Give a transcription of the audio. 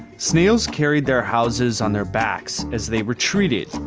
snails carried their houses on their backs as they retreated,